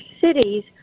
cities